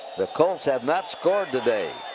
the colts have not scored today.